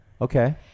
Okay